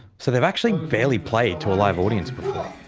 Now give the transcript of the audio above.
so they've actually barely played to a live audience before.